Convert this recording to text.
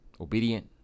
obedient